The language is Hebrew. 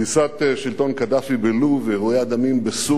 קריסת שלטון קדאפי בלוב, אירועי הדמים בסוריה,